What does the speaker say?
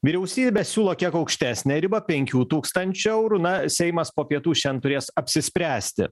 vyriausybė siūlo kiek aukštesnę ribą penkių tūkstančių eurų na seimas po pietų šian turės apsispręsti